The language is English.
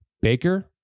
Baker